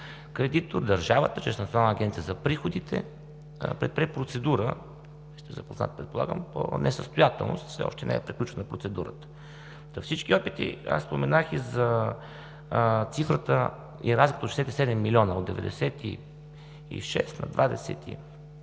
чрез Национална агенция за приходите, предприе процедура, запознат сте предполагам, по несъстоятелност, все още не е приключена процедурата. Всички опити, аз споменах и за цифрата и разликата от 67 милиона от 96 на 27